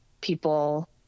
people